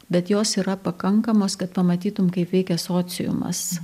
bet jos yra pakankamos kad pamatytum kaip veikia sociumas